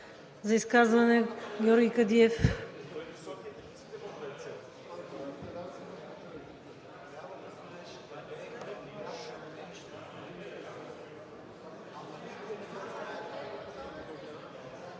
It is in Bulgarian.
За изказване – Георги Кадиев.